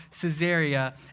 Caesarea